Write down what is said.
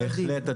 בהחלט.